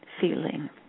feeling